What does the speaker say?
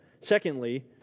Secondly